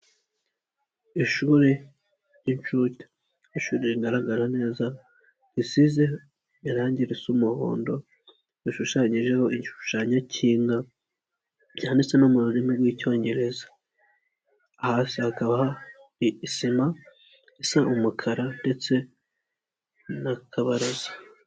Ishuri ry'incuke, ishuri rigaragara neza risizeho irangi risa umuhondo rishushanyijeho igishushanyo cy'inka byanditse no mu rurimi rw'icyongereza hasi hakaba hari isima isa umukara ndetse n'akabaraza.